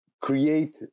create